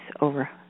over